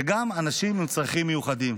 וגם אנשים עם צרכים מיוחדים,